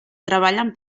treballen